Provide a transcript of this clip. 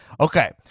Okay